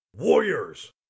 Warriors